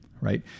right